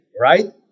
right